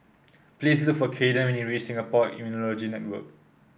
please look for Caden when you reach Singapore Immunology Network